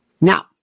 Now